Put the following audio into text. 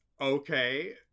okay